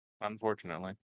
Unfortunately